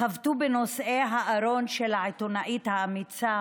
חבטו בנושאי הארון של העיתונאית האמיצה